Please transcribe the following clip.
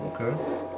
Okay